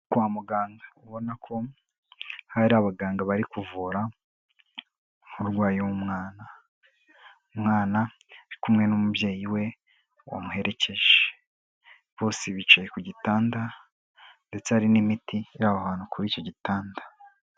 Kwa muganga ubona ko hari abaganga bari kuvura nk'umurwayi w'umwana. umwana uri kumwe n'umubyeyi we wamuherekeje, bose bicaye ku gitanda ndetse hari n'imiti iri aho hantu kuri icyo gitanda.